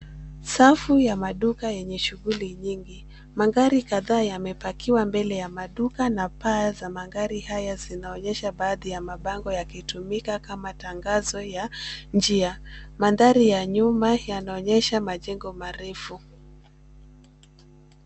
Safu ya maduka yenye shuguli nyingi, magari kadhaa yamepakiwa mbele ya maduka na paa za magari haya zinaonyesha baadhi ya mabango yakitumika kama tangazo ya njia. Mandhari ya nyuma yanaonyesha majengo marefu.